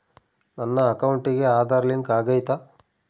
ನನ್ನ ಅಕೌಂಟಿಗೆ ಆಧಾರ್ ಲಿಂಕ್ ಆಗೈತಾ?